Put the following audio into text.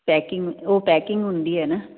packing ਉਹ packing ਹੁੰਦੀ ਹੈ ਨਾ